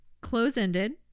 Close-ended